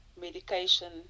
medication